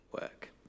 work